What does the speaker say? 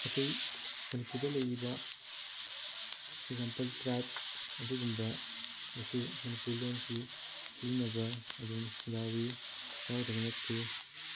ꯑꯇꯩ ꯃꯅꯤꯄꯨꯔꯗ ꯂꯩꯔꯤꯕ ꯑꯦꯛꯖꯥꯝꯄꯜ ꯇ꯭ꯔꯥꯏꯞ ꯑꯗꯨꯒꯨꯝꯕꯗꯁꯨ ꯃꯅꯤꯄꯨꯔ ꯂꯣꯟꯁꯤ ꯁꯤꯖꯤꯟꯅꯕ ꯑꯗꯨꯝ ꯌꯥꯎꯏ ꯌꯥꯎꯗꯕ ꯅꯠꯇꯦ